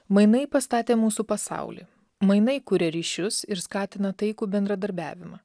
mainai pastatė mūsų pasaulį mainai kuria ryšius ir skatina taikų bendradarbiavimą